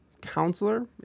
counselor